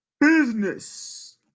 business